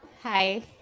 Hi